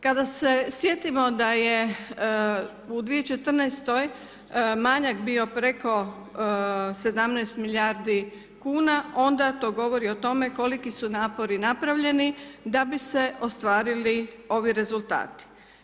Kada se sjetimo da je u 2014. manjak bio preko 17 milijardi kuna onda to govori o tome koliki su napori napravljeni da bi se ostvarili ovi rezultati.